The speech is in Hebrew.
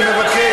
אני מבקש,